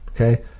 okay